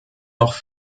noch